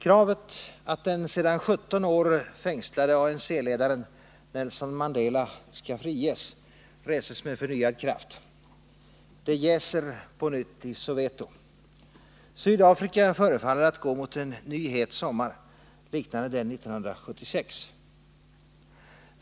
Kravet att den sedan 17 år fängslade ANC-ledaren Nelson Mandela skall friges reses med förnyad kraft. Det jäser på nytt i Soweto. Sydafrika förefaller att gå mot en ny het sommar liknande den 1976.